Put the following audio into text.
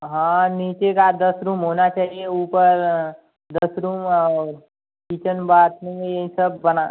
हाँ नीचे का दस रूम होना चाहिए ऊपर दस रूम और किचन बाथरूम यही सब बना